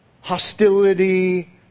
hostility